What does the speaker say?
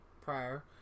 prior